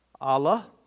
Allah